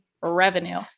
revenue